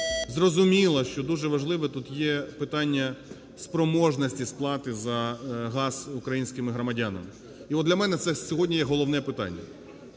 Зрозуміло, що дуже важливо, тут є питання спроможності сплати за газ українськими громадянами і от для мене це сьогодні є головне питання.